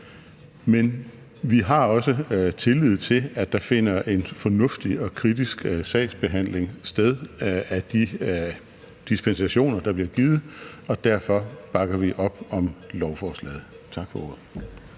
Men vi har også tillid til, at der finder en fornuftig og kritisk sagsbehandling sted i forbindelse med de dispensationer, der bliver givet. Derfor bakker vi op om lovforslaget. Tak for ordet.